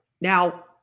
Now